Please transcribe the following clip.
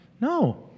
No